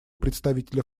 представителя